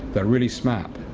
they're really smart.